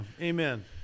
Amen